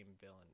villain